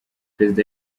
perezida